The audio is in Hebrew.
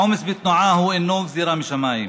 העומס בתנועה אינו גזרה משמיים.